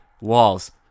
walls